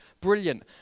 brilliant